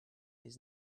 his